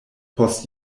post